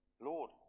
Lord